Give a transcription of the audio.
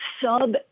sub